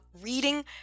reading